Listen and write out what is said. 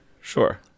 Sure